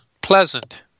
Pleasant